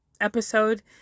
episode